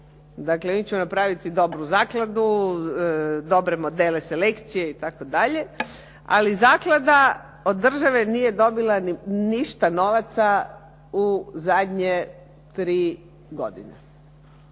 Dakle, mi ćemo napraviti dobru zakladu, dobre modele selekcije itd., ali zaklada od države nije dobila ništa novaca u zadnje tri godine,